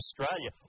Australia